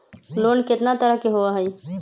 Loan केतना तरह के होअ हई?